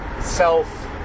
self